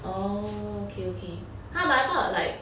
orh okay okay !huh! but I thought like